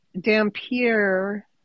Dampier